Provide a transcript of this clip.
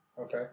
Okay